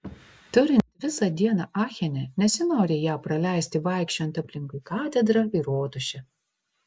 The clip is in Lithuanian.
turint visą dieną achene nesinori ją praleisti vaikščiojant aplinkui katedrą ir rotušę